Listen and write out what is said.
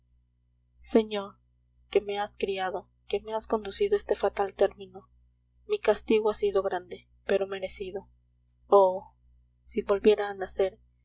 señor que me has criado que me has conducido a este fatal término mi castigo ha sido grande pero merecido oh si volviera a nacer